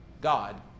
God